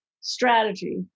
strategy